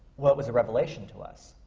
well, it was a revelation to us,